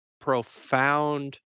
profound